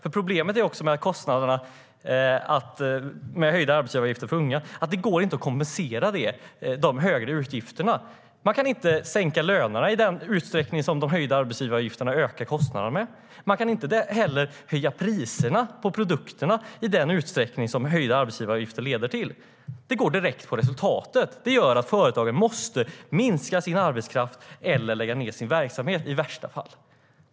Problemet är att det inte går att kompensera de högre utgifter man får genom att höja arbetsgivaravgifterna för unga. Man kan inte sänka lönerna i samma utsträckning som arbetsgivaravgifterna ökar. Man kan heller inte höja priserna på produkterna för att motsvara de höjda arbetsgivaravgifterna. I stället går det direkt ut över resultatet. Det gör att företagen måste minska sin arbetskraft eller i värsta fall lägga ned sin verksamhet.